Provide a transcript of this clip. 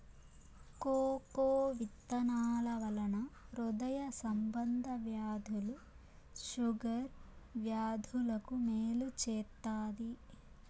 cocoa విత్తనాల వలన హృదయ సంబంధ వ్యాధులు షుగర్ వ్యాధులకు మేలు చేత్తాది